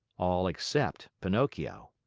all except pinocchio.